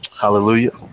Hallelujah